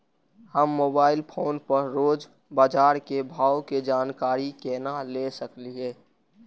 हम mobile phone पर रोज बाजार के भाव के जानकारी केना ले सकलिये?